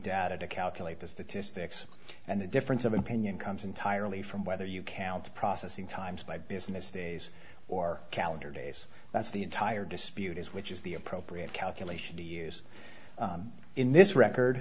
data to calculate this the two sticks and the difference of opinion comes entirely from whether you can the processing times by business days or calendar days that's the entire dispute is which is the appropriate calculation to use in this record